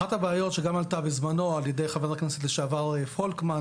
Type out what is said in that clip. אחת הבעיות שגם עלתה בזמנו על ידי חבר הכנסת לשעבר פולקמן,